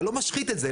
אתה לא משחית את זה.